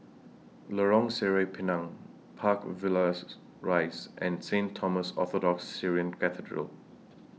Lorong Sireh Pinang Park Villas Rise and Saint Thomas Orthodox Syrian Cathedral